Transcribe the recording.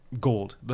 gold